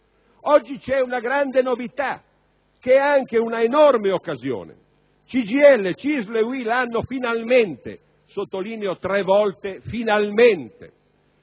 Oggi c'è una grande novità, che è anche un'enorme occasione: CGIL, CISL e UIL finalmente - e sottolineo tre volte l'avverbio